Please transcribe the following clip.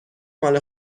مال